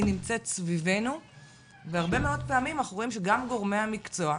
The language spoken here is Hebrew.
היא נמצאת סביבנו והרבה ממאוד פעמים אנחנו רואים שגם גורמי המקצוע,